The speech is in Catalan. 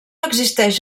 existeix